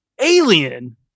Alien